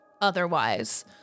otherwise